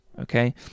okay